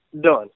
done